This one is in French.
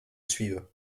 suivent